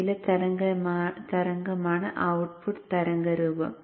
നീല തരംഗമാണ് ഔട്ട്പുട്ട് തരംഗരൂപം